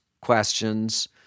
questions